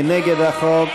מי נגד החוק?